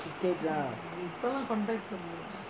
ticket lah